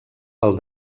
pel